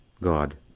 God